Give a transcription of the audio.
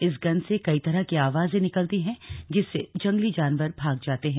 इस गन से कई तरह की आवाजें निकलती है जंगली जानवर भाग जाते हैं